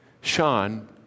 Sean